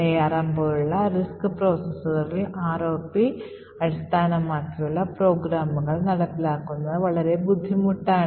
ARM പോലുള്ള RISC പ്രോസസ്സറുകളിൽ ROP അടിസ്ഥാനമാക്കിയുള്ള പ്രോഗ്രാമുകൾ നടപ്പിലാക്കുന്നത് വളരെ ബുദ്ധിമുട്ടാണ്